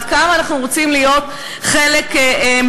עד כמה אנחנו רוצים להיות חלק מהתהליך,